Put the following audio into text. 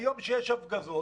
ביום שיש הפגזות